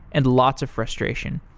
and lots of frustration.